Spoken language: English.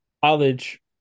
college